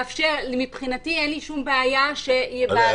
מבחינתי אין לי שום בעיה --- רגע,